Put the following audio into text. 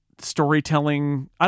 storytelling